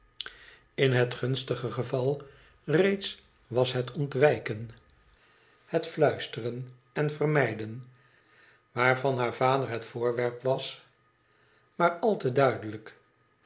in bet gunstigste geval reeds was het ontwijken het fluisteren en vermijden waarvan haar vader bet voorwerp was maar al te duidelijk